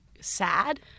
sad